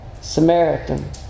Samaritan